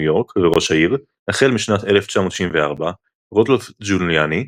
יורק וראש העיר החל משנת 1994 רודולף ג'וליאני,